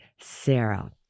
Sarah